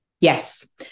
Yes